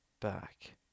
back